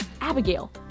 Abigail